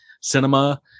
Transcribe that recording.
cinema